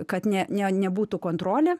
kad ne ne nebūtų kontrolė